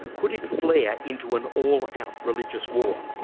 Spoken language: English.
could it flare into an all out religious war?